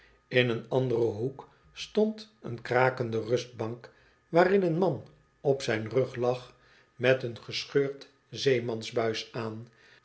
in een anderen hoek stond een krakende rustbank waarin een man op zijn rug lag met een gescheurd zeemanshuis aan